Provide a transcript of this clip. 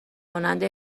مانند